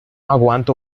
aguanto